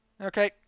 Okay